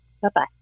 Bye-bye